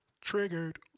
triggered